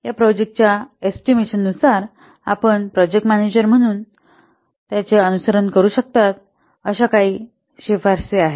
तर या प्रोजेक्टच्या एस्टिमेशनानुसार आपण प्रोजेक्ट मॅनेजर म्हणन अनुसरण करू शकता अशा काही शिफारसी आहेत